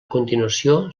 continuació